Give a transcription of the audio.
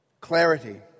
clarity